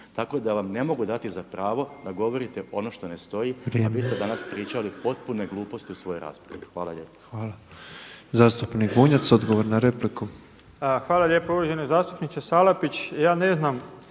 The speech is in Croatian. Tako da vam ne mogu dati za pravo da govorite ono što ne stoji, a vi ste danas pričali potpune gluposti u svojoj raspravi. Hvala lijepo. **Petrov, Božo (MOST)** Hvala. Zastupnik Bunjac, odgovor na repliku. **Bunjac, Branimir (Živi zid)** Hvala lijepo. Uvaženi zastupniče Salapić, ja ne znam,